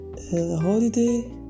holiday